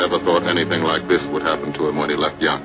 never thought anything like this would happen to him when he left yeah